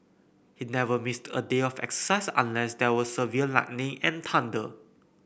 he never missed a day of exercise unless there was severe lightning and thunder